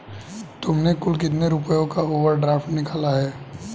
तुमने कुल कितने रुपयों का ओवर ड्राफ्ट निकाला है?